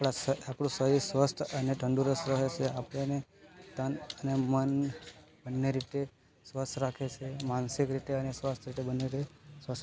આપણું શરીર સ્વસ્થ અને તંદુરસ્ત રહે છે આપણને તન અને મન બંને રીતે સ્વસ્થ રાખે છે માનસિક રીતે અને સ્વાસ્થ્ય રીતે બંને તે સ્વસ્થ